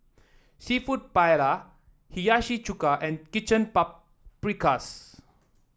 seafood Paella Hiyashi Chuka and Chicken Paprikas